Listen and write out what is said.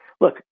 Look